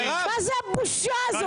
מה זו הבושה הזאת?